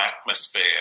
atmosphere